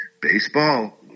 Baseball